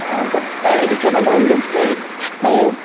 Surf packet ఇచ్చేయమంటారండీ KG ఉన్నాయి